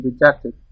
rejected